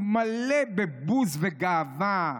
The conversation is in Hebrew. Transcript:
הוא מלא בבוז וגאווה,